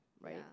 right